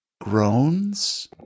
groans